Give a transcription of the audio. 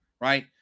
right